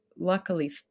luckily